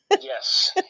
Yes